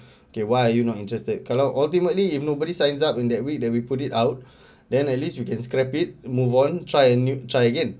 okay why you not interested kalau ultimately if nobody signs up in that way then we put it out then at least you can scrap it move on try it and try again